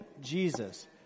Jesus